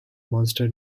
monster